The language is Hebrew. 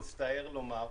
אני מצטער לומר,